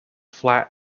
flat